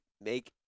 make